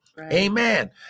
Amen